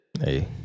Hey